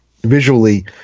visually